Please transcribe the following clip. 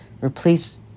Replace